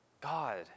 God